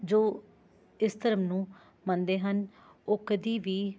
ਜੋ ਇਸ ਧਰਮ ਨੂੰ ਮੰਨਦੇ ਹਨ ਉਹ ਕਦੀ ਵੀ